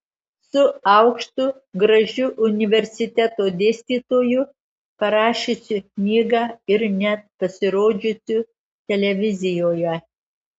su aukštu gražiu universiteto dėstytoju parašiusiu knygą ir net pasirodžiusiu televizijoje